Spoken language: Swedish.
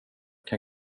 kan